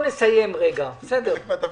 נמלי ישראל להחזיק בהחזקות של חברת הבת שלה,